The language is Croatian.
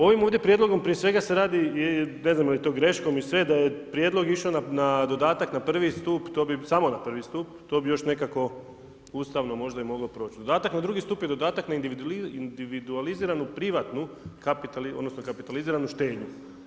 Ovim ovdje prijedlogom prije svega se radi, ne znam je li to greškom … da je prijedlog išao na dodatak na prvi stup, samo na prvi stup, to bi još nekako ustavno možda i moglo proći, dakle na drugi stup je dodatak na individualiziranu privatnu odnosno kapitaliziranu štednju.